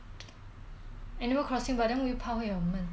but eh I want to play